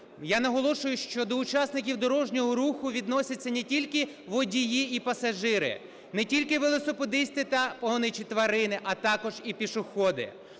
Я наголошую, що до учасників дорожнього руху відносяться не тільки водії і пасажири, не тільки велосипедисти та погоничі тварин, а також і пішоходи.